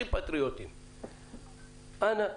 הכי פטריוטים, אנא,